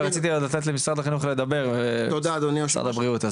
ורציתי עוד לתת למשרד החינוך לדבר ולמשרד הבריאות,